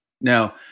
Now